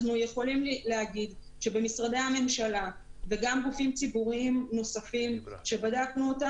אנחנו יכולים להגיד שמשרדי הממשלה וגם גופים ציבוריים נוספים שבדקנו,